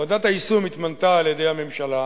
ועדת היישום התמנתה על-ידי הממשלה,